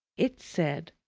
it said,